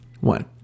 One